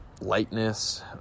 lightness